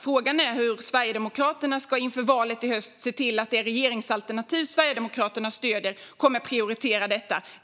Frågan är hur Sverigedemokraterna inför valet i höst ska se till att det regeringsalternativ som Sverigedemokraterna stöder kommer att prioritera detta.